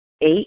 Eight